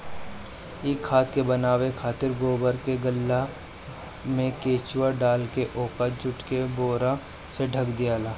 इ खाद के बनावे खातिर गोबर के गल्ला में केचुआ डालके ओके जुट के बोरा से ढक दियाला